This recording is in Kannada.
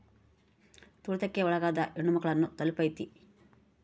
ತುಳಿತಕ್ಕೆ ಒಳಗಾದ ಹೆಣ್ಮಕ್ಳು ನ ತಲುಪೈತಿ